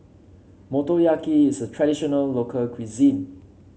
Motoyaki is a traditional local cuisine